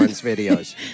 videos